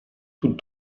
toute